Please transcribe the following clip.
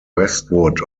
westwood